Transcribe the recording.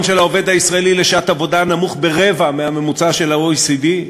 הפריון של העובד הישראלי לשעת עבודה נמוך ברבע מהממוצע של ה-OECD,